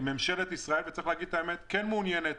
ממשלת ישראל, וצריך להגיד את האמת, כן מעוניינת.